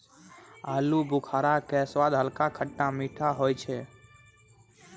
आलूबुखारा के स्वाद हल्का खट्टा मीठा होय छै